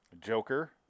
joker